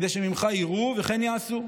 כדי שממך יראו וכן יעשו.